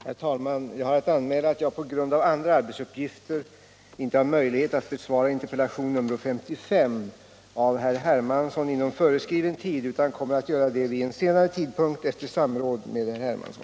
Herr talman! Jag har att anmäla att jag på grund av andra arbetsuppgifter inte har möjlighet att inom föreskriven tid besvara interpellationen 55 av herr Hermansson utan kommer att göra det vid en senare tidpunkt efter samråd med herr Hermansson.